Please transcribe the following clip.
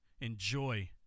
enjoy